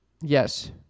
Yes